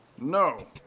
no